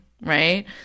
right